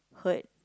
hurt